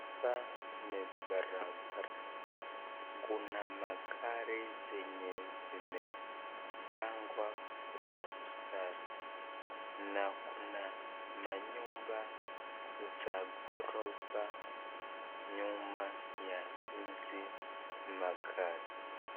Hapa ni barabara kuna magari zenye zimewekwa kwa mstari, na kuna manyumba za ghorofa nyuma ya hizi magari.